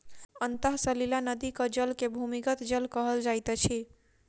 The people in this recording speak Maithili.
अंतः सलीला नदीक जल के भूमिगत जल कहल जाइत अछि